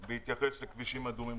בהתייחס לכבישים אדומים,